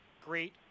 great